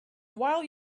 while